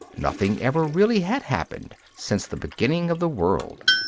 nothing ever really had happened since the beginning of the world.